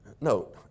No